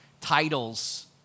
titles